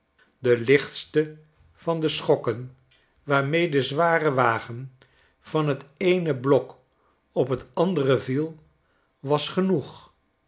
de lichtste van de schokken waarmee de zware wagen van t eene blok op t andere vie was genoeg